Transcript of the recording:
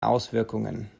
auswirkungen